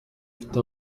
ufite